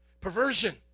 Perversion